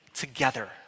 Together